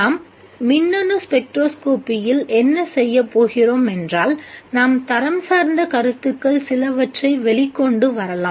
நாம் மின்னணு ஸ்பெக்ட்ரோஸ்கோப்பியில் என்ன செய்யப் போகிறோம் என்றால் நாம் தரம் சார்ந்த கருத்துக்கள் சிலவற்றை வெளிக்கொண்டு வரலாம்